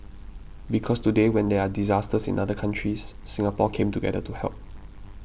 because today when there are disasters in other countries Singapore came together to help